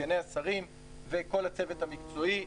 סגני השרים וכל הצוות המקצועי,